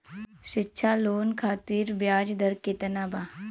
शिक्षा लोन खातिर ब्याज दर केतना बा?